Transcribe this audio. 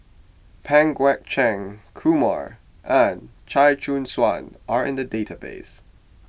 Pang Guek Cheng Kumar and Chia Choo Suan are in the database